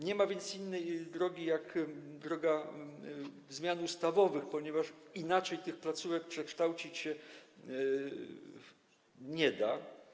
Nie ma więc innej drogi jak droga zmian ustawowych, ponieważ inaczej tych placówek przekształcić się nie da.